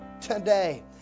today